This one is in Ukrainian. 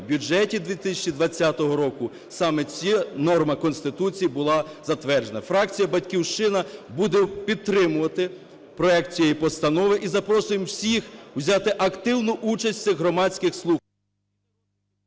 в бюджеті 2020 року саме ця норма Конституції була затверджена. Фракція "Батьківщина" буде підтримувати проект цієї постанови і запросимо всіх взяти активну участь в цих громадських …